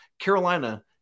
Carolina